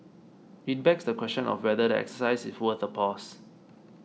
it begs the question of whether the exercise is worth a pause